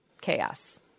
chaos